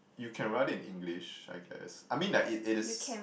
you can write it in English I guess I mean like it it is